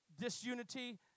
disunity